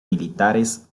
militares